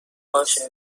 باشه